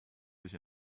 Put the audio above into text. sich